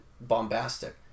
bombastic